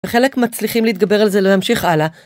וחלק מצליחים להתגבר על זה, ל-להמשיך הלאה,